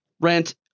Rent